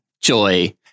Joy